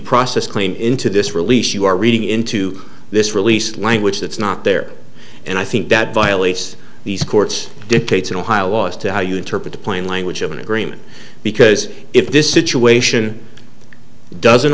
process claim into this release you are reading into this release language that's not there and i think that violates these court's dictates in ohio laws to how you interpret the plain language of an agreement because if this situation doesn't